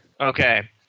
Okay